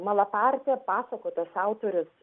malaparti pasakotojas autorius